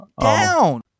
down